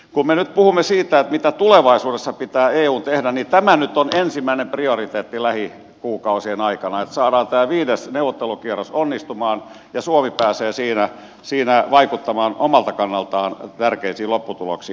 kun me nyt puhumme siitä mitä tulevaisuudessa pitää eun tehdä niin tämä nyt ensimmäisen prioriteetti lähikuukausien aikana että saadaan tämä viides neuvottelukierros onnistumaan ja suomi pääsee siinä vaikuttamaan omalta kannaltaan tärkeisiin lopputuloksiin